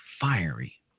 fiery